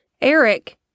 Eric